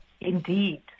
Indeed